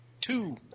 Two